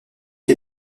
est